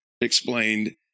explained